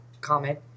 comment